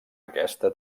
aquesta